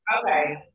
okay